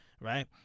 Right